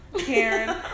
Karen